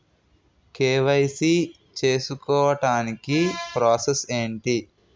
KYC చేసుకోవటానికి process ఏంటి?